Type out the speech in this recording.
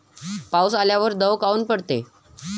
पाऊस आल्यावर दव काऊन पडते?